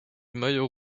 maillot